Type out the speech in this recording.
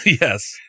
Yes